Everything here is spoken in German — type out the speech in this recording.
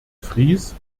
vries